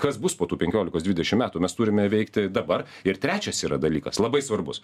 kas bus po tų penkiolikos dvidešim metų mes turime veikti dabar ir trečias yra dalykas labai svarbus